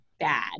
bad